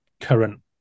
current